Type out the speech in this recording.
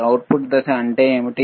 output దశ ఏమిటి